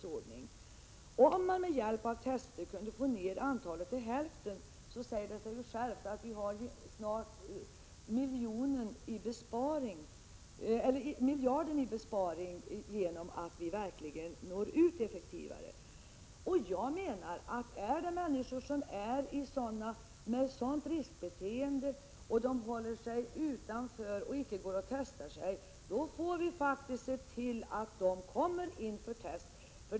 Det säger sig självt att om man med hjälp av allmän testning verkligen kunde nå ut effektivare och därigenom kunde få ned antalet fall till hälften, skulle vi snart få en miljard i besparing. Jag menar att man när det gäller människor som har ett riskbeteende och som inte går och testar sig faktiskt får se till att de kommer in för testning.